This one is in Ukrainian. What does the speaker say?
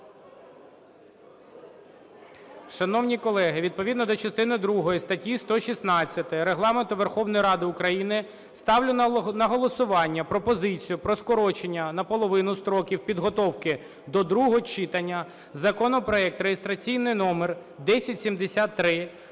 Шановні колеги, відповідно до частини другої статті 116 Регламенту Верховної Ради України ставлю на голосування пропозицію про скорочення на половину строків підготовки до другого читання законопроекту (реєстраційний номер 1073)